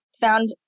found